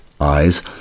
eyes